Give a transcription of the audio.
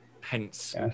Hence